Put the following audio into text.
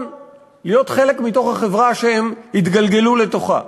להיות חלק מתוך החברה שהם התגלגלו לתוכה,